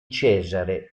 cesare